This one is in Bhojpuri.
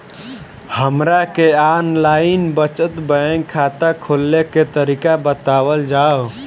हमरा के आन लाइन बचत बैंक खाता खोले के तरीका बतावल जाव?